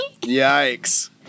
Yikes